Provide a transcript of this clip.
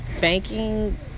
banking